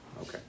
Okay